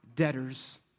debtors